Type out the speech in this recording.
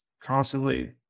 constantly